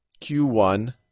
Q1